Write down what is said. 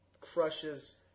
crushes